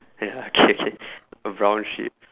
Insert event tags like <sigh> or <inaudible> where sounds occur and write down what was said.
ya K K <breath> a brown sheep